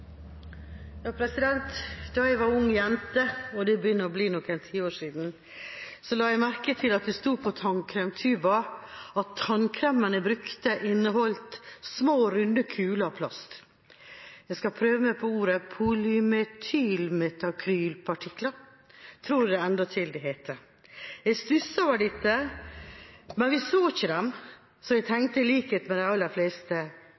begynner å bli noen tiår siden, la jeg merke til at det sto på tannkremtuben at tannkremen jeg brukte, inneholdt små runde kuler av plast – jeg skal prøve meg på ordet – polymetylmetakrylatpartikler, tror jeg endatil det heter. Jeg stusset over dette, men vi så dem ikke, så jeg tenkte i likhet med de aller fleste